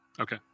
Okay